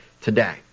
today